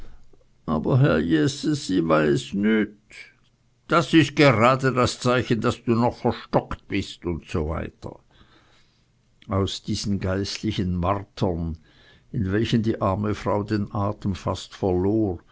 aber herr jeses i weiß nüt das ist gerade das zeichen daß du noch verstockt bist usw aus diesen geistlichen martern in welchen die arme frau den atem fast verlor